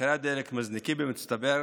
מחירי הדלק מזנקים במצטבר,